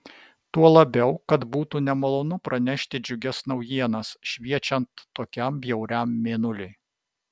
tuo labiau kad būtų nemalonu pranešti džiugias naujienas šviečiant tokiam bjauriam mėnuliui